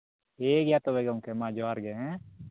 ᱴᱷᱤᱠ ᱜᱮᱭᱟ ᱛᱚᱵᱮ ᱜᱚᱢᱠᱮ ᱢᱟ ᱡᱚᱦᱟᱨ ᱜᱮ ᱦᱮᱸ